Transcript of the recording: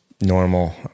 normal